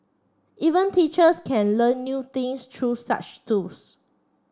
even teachers can learn new things true such tools